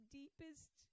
deepest